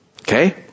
Okay